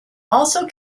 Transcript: also